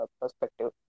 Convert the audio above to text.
perspective